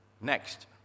Next